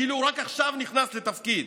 כאילו רק עכשיו נכנס לתפקיד.